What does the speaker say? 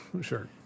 Sure